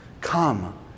Come